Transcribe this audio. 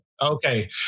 Okay